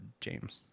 James